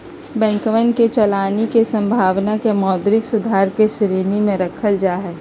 बैंकवन के चलानी के संभावना के मौद्रिक सुधार के श्रेणी में रखल जाहई